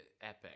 epic